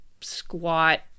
squat